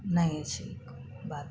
नहि छै बात